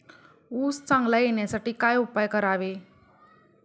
ऊस चांगला येण्यासाठी काय उपाय करावे?